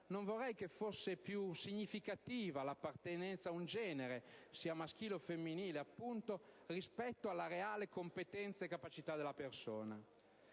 non vorrei che fosse più significativa l'appartenenza ad un genere (sia esso maschile o femminile) rispetto alla reale competenza e capacità della persona.